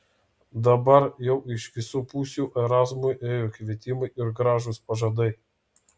dabar jau iš visų pusių erazmui ėjo kvietimai ir gražūs pažadai